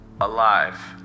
alive